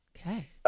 okay